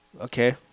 okay